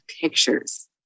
pictures